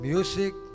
Music